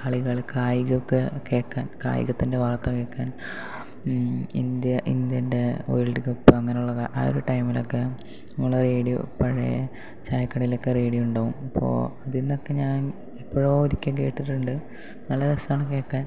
കളികൾ കായികമൊക്കെ കേൾക്കാൻ കായികത്തിൻ്റെ വാർത്ത കേൾക്കാൻ ഇന്ത്യ ഇന്ത്യൻ്റെ വേൾഡ് കപ്പ് അങ്ങനെയുള്ള ആ ഒരു ടൈമിലൊക്കെ നമ്മൾ റേഡിയോ പഴയ ചായക്കടയിലൊക്കെ റേഡിയോ ഉണ്ടാവും അപ്പോൾ അതിൽനിന്നൊക്കെ ഞാൻ എപ്പോഴോ ഒരിക്കൽ കേട്ടിട്ടുണ്ട് നല്ല രസമാണ് കേൾക്കാൻ